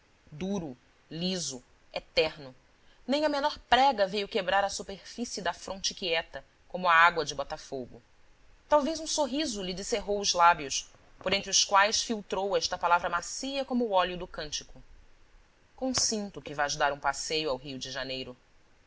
duro liso eterno nem a menor prega veio quebrar a superfície da fronte quieta como a água de botafogo talvez um sorriso lhe descerrou os lábios por entre os quais filtrou esta palavra macia como o óleo do cântico consinto que vás dar um passeio ao rio de janeiro